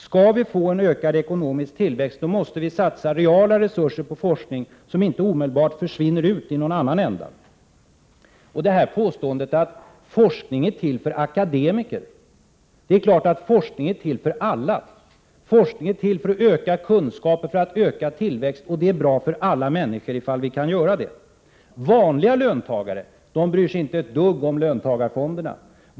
Skall vi få en ökad ekonomisk tillväxt måste vi satsa reella resurser på forskning, resurser som inte omedelbart försvinner ut i någon annan ände. Beträffande påståendet att forskning är till för akademiker: Det är klart att forskning är till för alla. Forskning är till för att öka kunskaper och tillväxt, och det är bra för alla människor om vi kan satsa på forskning. Vanliga löntagare bryr sig inte ett dugg om löntagarfonderna.